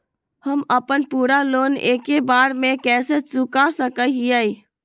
हम अपन पूरा लोन एके बार में कैसे चुका सकई हियई?